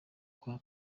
kwa